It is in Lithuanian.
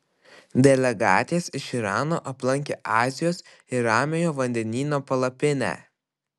delegatės iš irano aplankė azijos ir ramiojo vandenyno palapinę